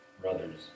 Brothers